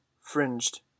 fringed